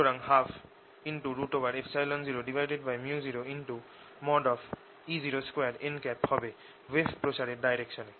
সুতরাং 120µ0E02 n হবে wave প্রসারের ডাইরেকশনে